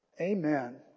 Amen